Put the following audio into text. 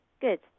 Good